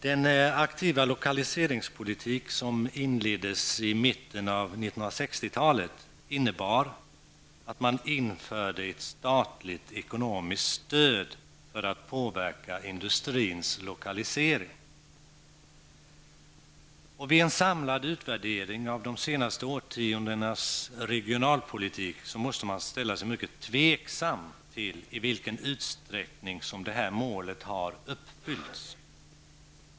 Den aktiva lokaliseringspolitik som inleddes i mitten av 1960-talet innebar att man införde ett statligt ekonomiskt stöd för att påverka industrins lokalisering. Vid en samlad utvärdering av de senaste årtiondenas regionalpolitik måste man ställa sig mycket tvivlande till i vilken utsträckning detta mål har uppfyllts.